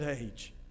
age